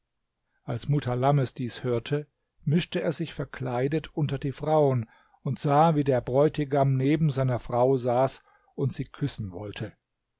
als mutalammes dies hörte mischte er sich verkleidet unter die frauen und sah wie der bräutigam neben seiner frau saß und sie küssen wollte